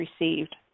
received